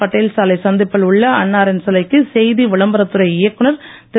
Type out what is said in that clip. பட்டேல் சாலை சந்திப்பில் உள்ள அண்ணாரின் சிலைக்கு செய்தி விளம்பரத்துறை இயக்குநர் திரு